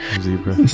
Zebra